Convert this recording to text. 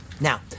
Now